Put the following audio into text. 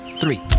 three